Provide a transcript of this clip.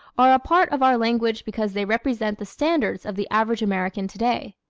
are a part of our language because they represent the standards of the average american today.